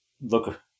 Look